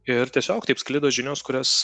ir tiesiog taip sklido žinios kurias